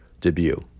debut